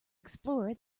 explorer